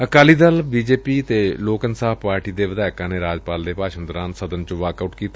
Akali Dal Bharatiya Janata Party ਅਤੇ Lok Insaaf Party ਦੇ ਵਿਧਾਇਕਾਂ ਨੇ ਰਾਜਪਾਲ ਦੇ ਭਾਸ਼ਣ ਦੌਰਾਨ ਸਦਨ ਚੋਂ ਵਾਕਆਉਟ ਕੀਤਾ